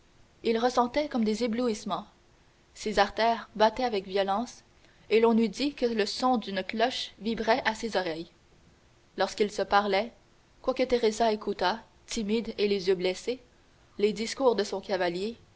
il ressentait comme des éblouissements ses artères battaient avec violence et l'on eût dit que le son d'une cloche vibrait à ses oreilles lorsqu'ils se parlaient quoique teresa écoutât timide et les yeux baissés les discours de son cavalier